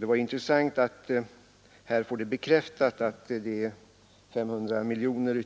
Det var intressant att få bekräftat att ytterligare 500 miljoner kommer